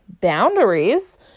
boundaries